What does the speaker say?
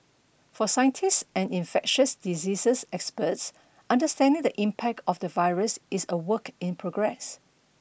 for scientists and infectious diseases experts understanding the impact of the virus is a work in progress